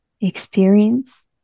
experience